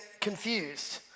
confused